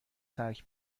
ترک